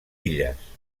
illes